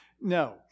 No